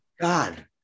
god